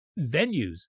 venues